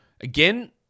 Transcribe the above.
again